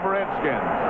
Redskins